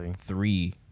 three